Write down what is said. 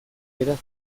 beraz